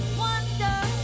wonder